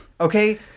Okay